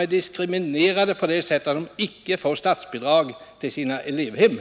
är diskriminerade på det sättet att de icke får statsbidrag till sina elevhem.